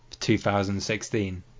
2016